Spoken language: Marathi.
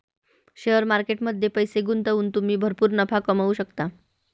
शेअर मार्केट मध्ये पैसे गुंतवून तुम्ही भरपूर नफा कमवू शकता